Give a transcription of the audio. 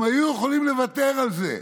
הם היו יכולים לוותר על זה,